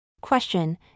Question